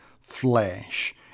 flesh